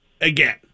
again